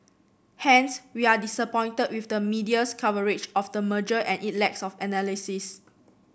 hence we are disappointed with the media's coverage of the merger and it lacks of analysis